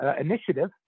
initiative